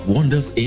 Wonders